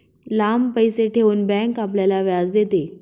लांब पैसे ठेवून बँक आपल्याला व्याज देते